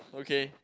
okay